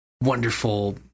wonderful